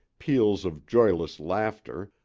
peals of joyless laughter,